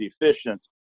efficient